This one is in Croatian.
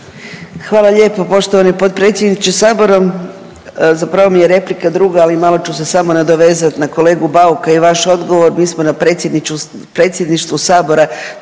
Hvala lijepo poštovani potpredsjedniče Sabora. Zapravo mi je replika druga, ali malo ću se samo nadovezat na kolegu Bauka i vaš odgovor. Mi smo na predsjedništvu Sabora